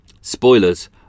spoilers